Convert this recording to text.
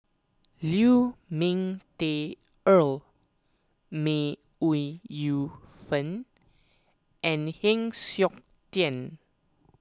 Lu Ming Teh Earl May Yu Fen and Heng Siok Tian